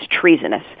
treasonous